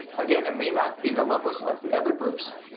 again it may not be the levels of the other groups,